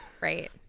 Right